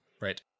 Right